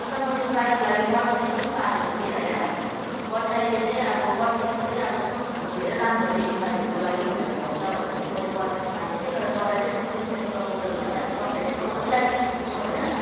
अन्त मैले ट्राइको लागि बट्टाइ पनि पालेको थिएँ होइन बट्टाइले चाहिँ अब बट्टाइको चाहिँ अब सुप खानु धेरै राम्रो हरे बिमारीहरूको लागि भनेर भन्छ भनेर चाहिँ मैले बट्टाइ पालेको थिएँ तर बट्टाइ चाहिँ त्यस्तो बिजनेस प्रपोजलमा होइन बट्टाइ चाहिँ घरको लागि पालेको होइन